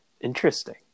interesting